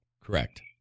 Correct